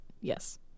yes